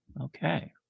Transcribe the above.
Okay